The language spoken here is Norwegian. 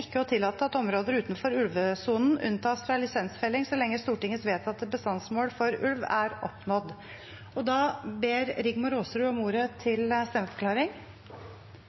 ikke å tillate at områder utenfor ulvesonen unntas fra lisensfelling så lenge Stortingets vedtatte bestandsmål for ulv er oppnådd.» Rigmor Aasrud har bedt om ordet til stemmeforklaring.